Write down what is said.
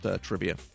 trivia